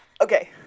Okay